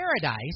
paradise